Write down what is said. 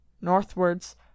northwards